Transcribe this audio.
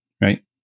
right